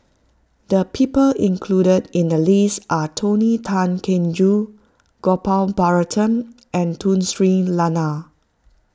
the people included in the list are Tony Tan Keng Joo Gopal Baratham and Tun Sri Lanang